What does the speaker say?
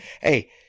Hey